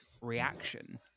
reaction